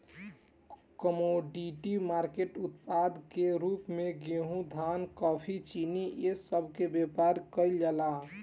commodity market के उत्पाद के रूप में गेहूं धान कॉफी चीनी ए सब के व्यापार केइल जाला